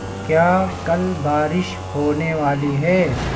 کیا کل بارش ہونے والی ہے